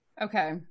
Okay